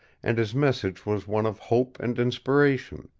and his message was one of hope and inspiration,